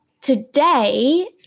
Today